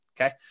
Okay